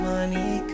Money